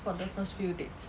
for the first few dates